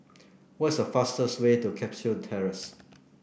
what is the fastest way to Cashew Terrace